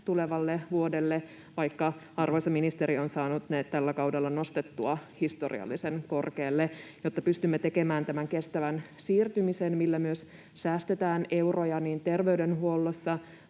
tulevalle vuodelle, vaikka arvoisa ministeri on saanut ne tällä kaudella nostettua historiallisen korkealle. Jotta pystymme tekemään tämän kestävän siirtymisen, millä myös säästetään euroja niin terveydenhuollossa